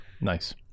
Nice